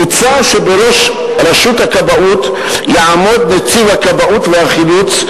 מוצע שבראש רשות הכבאות יעמוד נציב הכבאות והחילוץ,